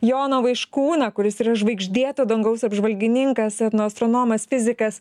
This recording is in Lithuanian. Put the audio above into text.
joną vaiškūną kuris yra žvaigždėto dangaus apžvalgininkas etnoastronomas fizikas